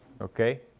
okay